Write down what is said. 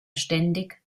ständig